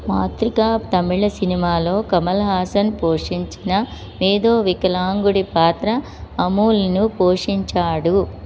మాతృక తమిళ సినిమాలో కమల్ హాసన్ పోషించిన మేధో వికలాంగుడి పాత్ర అమూల్ను పోషించాడు